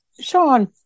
Sean